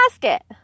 basket